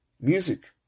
music